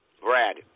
Brad